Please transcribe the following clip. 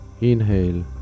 Inhale